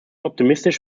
optimistisch